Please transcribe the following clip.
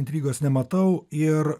intrigos nematau ir